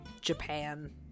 Japan